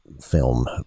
film